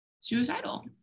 suicidal